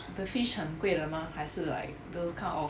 the fish 很贵了吗还是 like those kind of